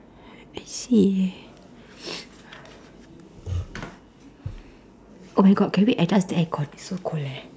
I see oh my god can we adjust the aircon it's so cold eh